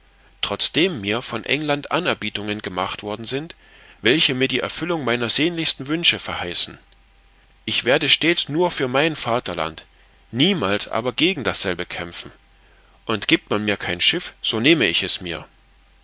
trotzdem mir von england anerbietungen gemacht worden sind welche mir die erfüllung meiner sehnlichsten wünsche verheißen ich werde stets nur für mein vaterland niemals aber gegen dasselbe kämpfen und gibt man mir kein schiff so nehme ich es mir